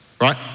right